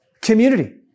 community